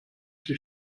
sie